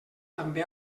també